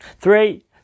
Three